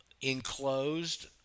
enclosed